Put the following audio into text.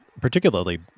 particularly